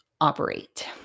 operate